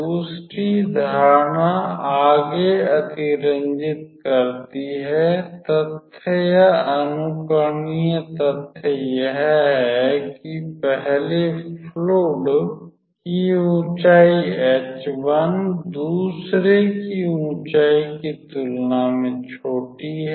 दूसरी धारणा आगे अतिरंजित करती है तथ्य या अनुकरणीय तथ्य यह है कि पहले फ्लुइड की ऊंचाई h1 दूसरे की ऊंचाई की तुलना में छोटी है